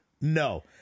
No